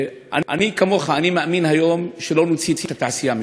אני, כמוך, מאמין היום שלא נוציא את התעשייה משם.